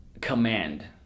command